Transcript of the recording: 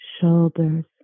shoulders